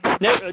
No